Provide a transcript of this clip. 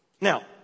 Now